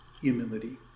humility